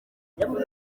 yavuze